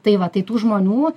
tai va tai tų žmonių